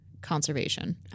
conservation